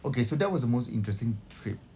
okay so that was the most interesting trip